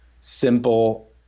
simple